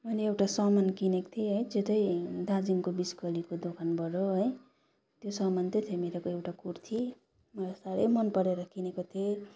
मैले एउटा सामान किनेको थिएँ है त्यो त दार्जिलिङको बिच गल्लीको दोकानबाट है त्यो सामान त थियो मेरो एउटा कुर्ती मलाई साह्रै मन परेर किनेको थिएँ